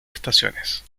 estaciones